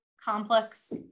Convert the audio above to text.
complex